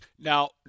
Now